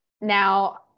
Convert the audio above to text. now